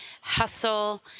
hustle